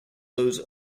those